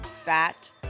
fat